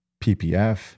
PPF